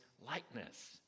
likeness